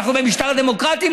אנחנו במשטר דמוקרטי,